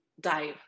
dive